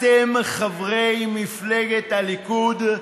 אתם, חברי מפלגת הליכוד,